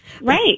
Right